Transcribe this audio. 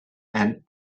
and